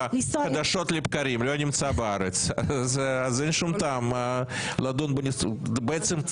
חדשות לבקרים לא נמצא בארץ אז אין שום טעם לדון בנבצרות.